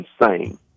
insane